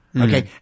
Okay